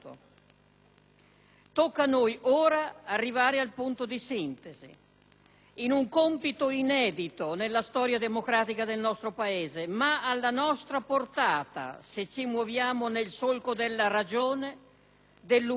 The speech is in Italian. in un compito inedito nella storia democratica del nostro Paese, ma alla nostra portata se ci muoviamo nel solco della ragione, dell'umanità, dei valori che fondano la civiltà del nostro popolo,